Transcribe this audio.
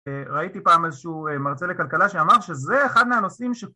ראיתי פעם איזשהו מרצה לכלכלה שאמר שזה אחד מהנושאים